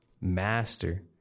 master